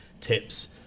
tips